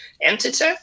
entity